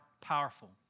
powerful